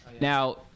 Now